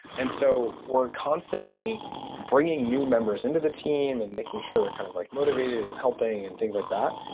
and so we're constantly bringing new members into the team and making sure they're kind of like motivated and helping and things like that,